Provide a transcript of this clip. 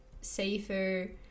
safer